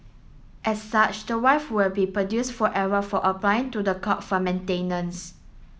as such the wife would be produced forever for applying to the court for maintenance